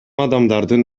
адамдардын